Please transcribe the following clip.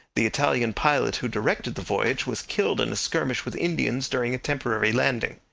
the italian pilot who directed the voyage was killed in a skirmish with indians during a temporary landing.